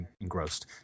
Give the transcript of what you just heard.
engrossed